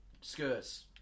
Skirts